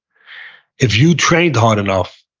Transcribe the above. if you trained hard enough,